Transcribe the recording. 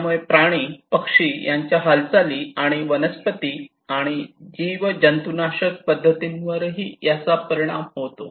यामुळे प्राणी पक्षी यांच्या हालचाली आणि वनस्पती आणि जीव जंतुनाशक पद्धतींवरही याचा परिणाम होतो